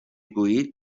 گویید